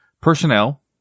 personnel